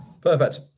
Perfect